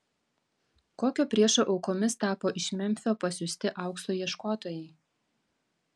kokio priešo aukomis tapo iš memfio pasiųsti aukso ieškotojai